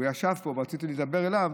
והוא ישב פה ורציתי לדבר אליו,